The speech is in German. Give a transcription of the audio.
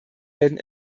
werden